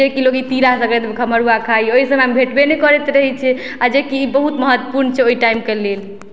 जे कि लोक ई खमहौर खाइए ओहि समयमे भेटबै नै करैत रहै छै आ जे कि बहुत महत्त्वपूर्ण छै ओइ टाइमके लेल